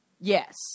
Yes